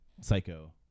Psycho